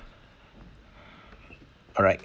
alright